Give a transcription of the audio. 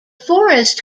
forest